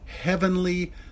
heavenly